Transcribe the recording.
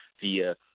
via